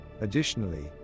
Additionally